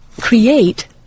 create